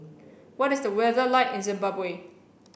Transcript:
what is the weather like in Zimbabwe